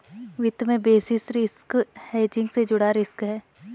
वित्त में basis risk hedging से जुड़ा रिस्क है